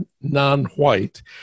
non-white